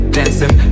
dancing